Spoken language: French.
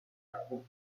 trouve